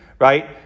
right